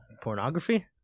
Pornography